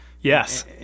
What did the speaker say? Yes